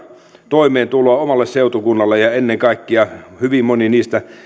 toimeentuloa omalle seutukunnalleen ja ennen kaikkea hyvin moni niistä